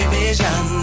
vision